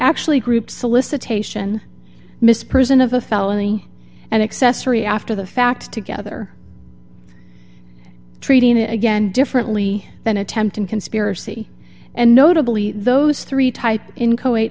actually group solicitation miss prison of a felony and accessory after the fact together treating it again differently than attempting conspiracy and notably those three type in